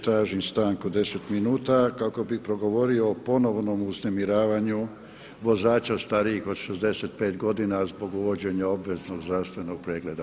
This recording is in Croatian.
Tražim stanku od 10 minuta kako bih progovorio o ponovnom uznemiravanju vozača starijih od 65 godina zbog uvođenja obveznog zdravstvenog pregleda.